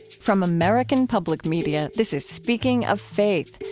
from american public media, this is speaking of faith,